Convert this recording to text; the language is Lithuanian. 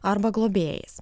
arba globėjais